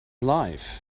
life